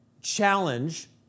challenge